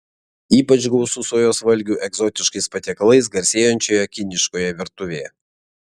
ypač gausu sojos valgių egzotiškais patiekalais garsėjančioje kiniškoje virtuvėje